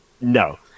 No